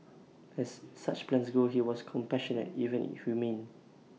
as such plans go his was compassionate even humane